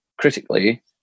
critically